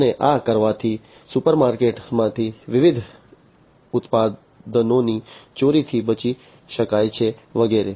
અને આમ કરવાથી સુપરમાર્કેટમાંથી વિવિધ ઉત્પાદનોની ચોરીથી બચી શકાય છે વગેરે